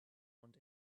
want